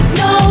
no